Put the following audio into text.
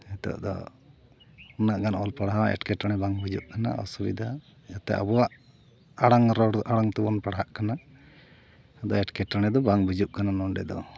ᱱᱤᱛᱚᱜ ᱫᱚ ᱩᱱᱟᱹᱜ ᱜᱟᱱ ᱚᱞ ᱯᱟᱲᱦᱟᱣ ᱮᱴᱠᱮ ᱴᱚᱬᱮ ᱵᱟᱝ ᱵᱩᱡᱩᱜ ᱠᱟᱱᱟ ᱚᱥᱵᱤᱫᱟ ᱡᱟᱛᱮ ᱟᱵᱚᱣᱟᱜ ᱟᱲᱟᱝ ᱨᱚᱲ ᱟᱲᱟᱝ ᱛᱮᱵᱚᱱ ᱯᱟᱲᱦᱟᱜ ᱠᱟᱱᱟ ᱟᱫᱚ ᱮᱴᱠᱮ ᱴᱚᱬᱮ ᱫᱚ ᱵᱟᱝ ᱵᱩᱡᱩᱜ ᱠᱟᱱᱟ ᱱᱚᱸᱰᱮ ᱫᱚ